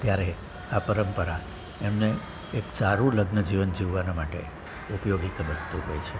ત્યારે આ પરંપરા એમને એક સારું લગ્નજીવન જીવવા માટે ઉપયોગીત બનતું હોય છે